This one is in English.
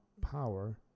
power